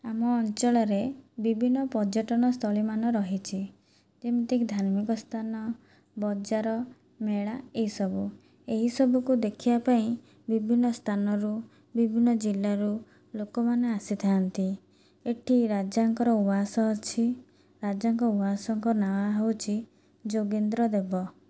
ଆମ ଅଞ୍ଚଳରେ ବିଭିନ୍ନ ପର୍ଯ୍ୟଟନ ସ୍ଥଳୀମାନ ରହିଛି ଯେମିତିକି ଧାର୍ମିକ ସ୍ଥାନ ବଜାର ମେଳା ଏସବୁ ଏହି ସବୁକୁ ଦେଖିବା ପାଇଁ ବିଭିନ୍ନ ସ୍ଥାନରୁ ବିଭିନ୍ନ ଜିଲ୍ଲାରୁ ଲୋକମାନେ ଆସିଥାନ୍ତି ଏଠି ରାଜାଙ୍କର ଉଆସ ଅଛି ରାଜାଙ୍କ ଉଆସଙ୍କ ନାଆ ହେଉଛି ଯୋଗେନ୍ଦ୍ର ଦେବ